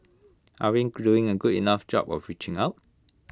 are we doing A good enough job with reaching out